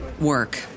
work